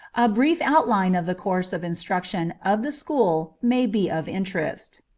a brief outline of the course of instruction of the school may be of interest.